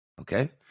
Okay